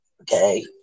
Okay